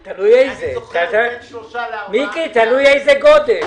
מיקי, תלוי איזה גודל.